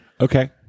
okay